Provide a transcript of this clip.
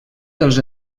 dels